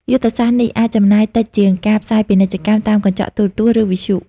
យុទ្ធសាស្ត្រនេះអាចចំណាយតិចជាងការផ្សាយពាណិជ្ជកម្មតាមកញ្ចក់ទូរទស្សន៍ ឬវិទ្យុ។